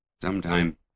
Sometime